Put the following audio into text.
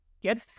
Get